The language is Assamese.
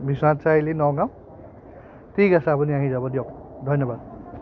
বিশ্বনাথ চাৰিআলি নগাঁও ঠিক আছে আপুনি আহি যাব দিয়ক ধন্যবাদ